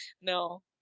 No